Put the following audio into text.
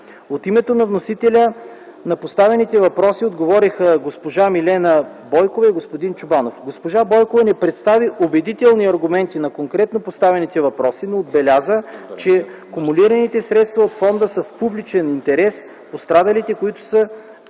От името на вносителя на поставените въпроси отговориха госпожа Милена Бойкова и господин Чобанов. Госпожа Бойкова не представи убедителни аргументи на конкретно поставените въпроси, но отбеляза, че кумулираните средства от Фонда са в публичен интерес – пострадалите, които са